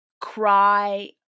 cry